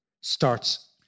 starts